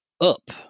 up